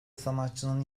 sanatçının